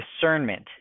discernment